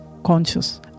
conscious